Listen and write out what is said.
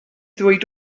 ddweud